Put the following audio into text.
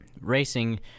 racing